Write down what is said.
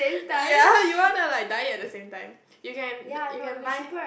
ya you wanna like dye it at the same time you can you can buy